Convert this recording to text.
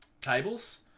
tables